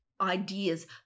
ideas